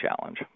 challenge